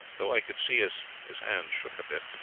though i could see as his hand shook a bit.